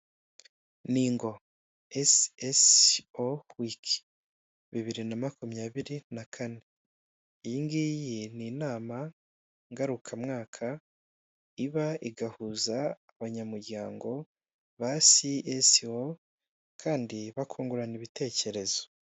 Ni ingo esi esi opu icumi bibiri na makumyabiri na kane iyi ngiyi ni inama ngarukamwaka iba igahuza abanyamuryango basi esi opu kandi bakungurana ibitekerezo.